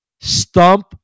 stump